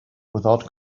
without